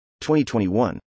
2021